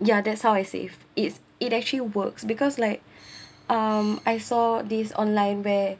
ya that's how I save it it actually works because like um I saw this online where